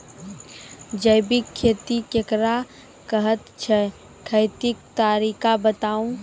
जैबिक खेती केकरा कहैत छै, खेतीक तरीका बताऊ?